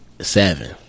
Seven